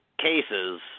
cases